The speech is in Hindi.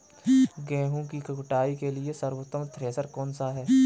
गेहूँ की कुटाई के लिए सर्वोत्तम थ्रेसर कौनसा है?